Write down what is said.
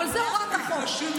אבל זו הוראת החוק.